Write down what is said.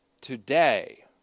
today